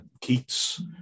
Keats